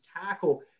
tackle